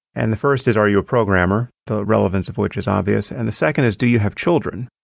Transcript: and the first is, are you a programmer? the relevance of which is obvious. and the second is, do you have children?